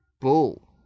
Bull